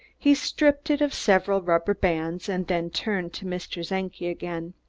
he stripped it of several rubber bands, and then turned to mr. czenki again.